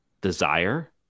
desire